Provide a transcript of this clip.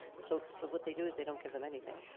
so so, what they do is, they don't give them anything,